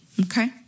okay